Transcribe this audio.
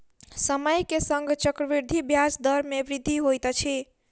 समय के संग चक्रवृद्धि ब्याज दर मे वृद्धि होइत अछि